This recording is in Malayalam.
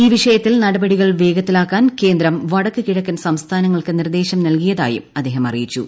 ഈ വിഷയത്തിൽ നടപടികൾ വേഗതയിലാക്കാൻ കേന്ദ്രം വടക്കു ക്ടിഴ്ക്കൻ സംസ്ഥാനങ്ങൾക്ക് നിർദ്ദേശം നൽകിയതായും അദ്ദേഷ്ടം അറിയിച്ചു